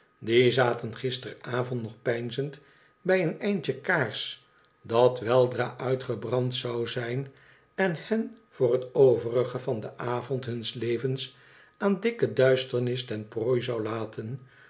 zaten gisteravond nog peinzend bij een ndje kaars dat weldra uitgebrand zou zijn en hen voor het overige van den avond huns levens aan dikke duisternis ten prooi zou laten